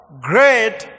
Great